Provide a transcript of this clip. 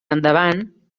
endavant